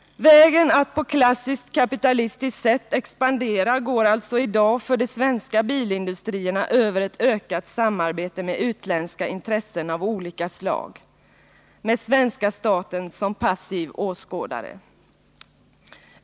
Vägen mot att på klassiskt kapitalistiskt sätt expandera går alltså i dag för de svenska bilindustrierna över ett ökat samarbete med utländska intressen av olika slag, med svenska staten som passiv åskådare.